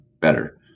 better